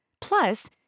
Plus